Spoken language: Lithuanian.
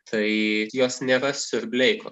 tai jos nėra siurbliai